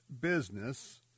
Business